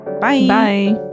Bye